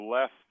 left